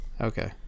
Okay